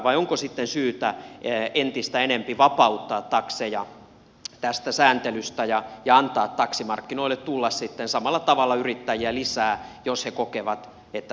vai onko sitten syytä entistä enempi vapauttaa takseja tästä sääntelystä ja antaa taksimarkkinoille tulla sitten samalla tavalla yrittäjiä lisää jos he kokevat että takseille on kysyntää